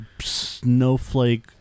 snowflake